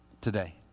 today